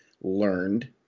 learned